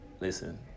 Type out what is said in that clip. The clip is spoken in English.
Listen